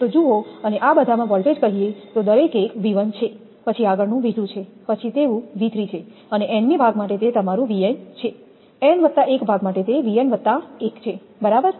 તો જુઓ અને આ બધામાં વોલ્ટેજ કહીએ તો દરેક એક 𝑉1 છે પછી આગળનું 𝑉2 છે પછી તેવું 𝑉3 છે અને nમી ભાગ માટે તે તમારું 𝑉𝑛 છે 𝑛 1 ભાગ માટે તે 𝑉𝑛 1 છે બરાબર